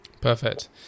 Perfect